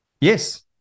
Yes